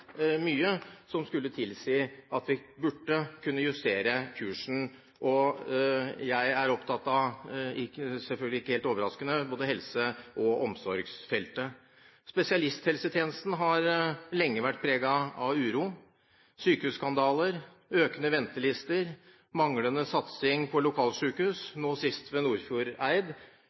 mye som skulle tilsi at vi burde kunne justere kursen. Og jeg er opptatt av – ikke helt overraskende – både helsefeltet og omsorgsfeltet. Spesialisthelsetjenesten har lenge vært preget av uro: sykehusskandaler, økende ventelister, manglende satsing på lokalsykehus, nå sist ved Nordfjordeid,